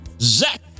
Zach